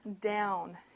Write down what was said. down